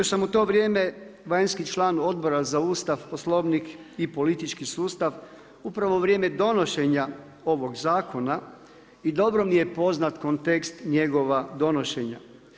Bio sam u to vrijeme vanjski član Odbora za Ustav, Poslovnik i politički sustav upravo u vrijeme donošenja ovog zakona i dobro mi je poznat kontekst njegova donošenja.